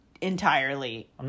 entirely